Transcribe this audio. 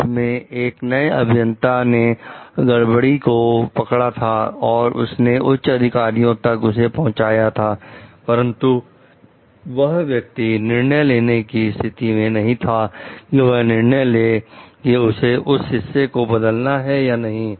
और उसमें एक नए अभियंता ने गड़बड़ी को पकड़ा था और उसने उच्च अधिकारियों तक उसे पहुंचाया था परंतु वह व्यक्ति निर्णय लेने की स्थिति में नहीं था कि वह निर्णय ले कि उसे उन हिस्सों को बदलना है कि नहीं